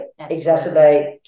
exacerbate